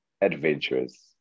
adventurous